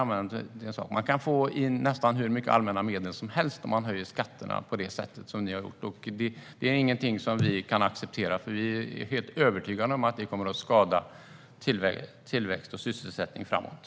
Man kan få nästan hur mycket allmänna medel som helst om man höjer skatterna på det sätt som regeringen har gjort. Det är ingenting som vi kan acceptera. Vi är nämligen helt övertygade om att det kommer att skada tillväxt och sysselsättning framöver.